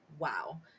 Wow